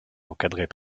encadrées